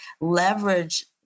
leverage